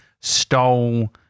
stole